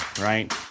right